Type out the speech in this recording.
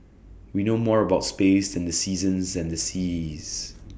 we know more about space than the seasons and the seas